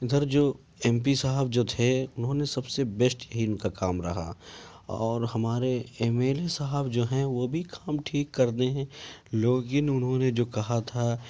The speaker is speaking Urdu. ادھر جو ایم پی صاحب جو تھے انہوں نے سب سے بیسٹ ہی ان کا کام رہا اور ہمارے ایم ایل اے صاحب جو ہیں وہ بھی کام ٹھیک کرتے ہیں لیکن انہوں نے جو کہا تھا